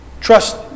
Trust